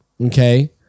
Okay